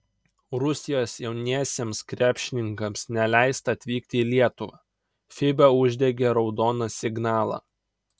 rusijos jauniesiems krepšininkams neleista atvykti į lietuvą fiba uždegė raudoną signalą